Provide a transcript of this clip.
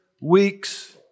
weeks